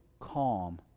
calm